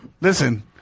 listen